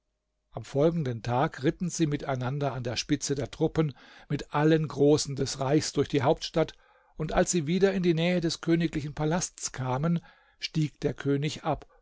am folgenden tag ritten sie miteinander an der spitze der truppen mit allen großen des reichs durch die hauptstadt und als sie wieder in die nähe des königlichen palasts kamen stieg der könig ab